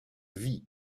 vit